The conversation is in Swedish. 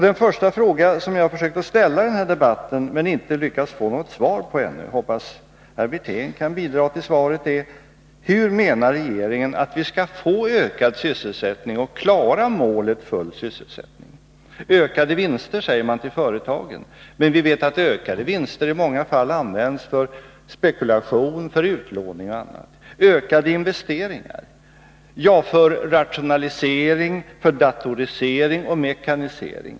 Den första fråga som jag försökte ställa i denna debatt men som jag ännu inte har lyckats få något svar på — jag hoppas herr Wirtén kan bidra till svaret — är: Hur menar regeringen att vi skall få ökad sysselsättning och kunna klara målet full sysselsättning? Ökade vinster till företagen, svarar man. Men vi vet att ökade vinster i många fall används för spekulation, utlåning och annat. Ökade investeringar, svarar man då. Ja, för rationalisering, datorisering och mekanisering.